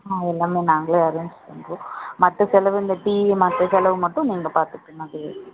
ஆ எல்லாமே நாங்களே அரேஞ் பண்ணுறோம் மற்ற செலவு இந்த டீ மற்ற செலவு மட்டும் நீங்கள் பார்த்துக்கங்க